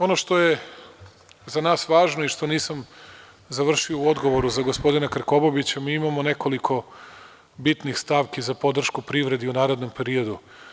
Ono što je za nas važno i što nisam završio u odgovoru za gospodina Krkobabića, mi imamo nekoliko bitnih stavki za podršku privredi u narednom periodu.